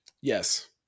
Yes